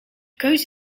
keus